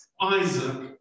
Isaac